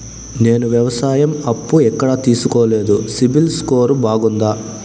నేను వ్యవసాయం అప్పు ఎక్కడ తీసుకోలేదు, సిబిల్ స్కోరు బాగుందా?